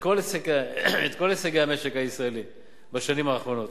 כל הישגי המשק הישראלי בשנים האחרונות,